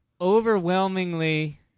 Overwhelmingly